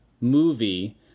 movie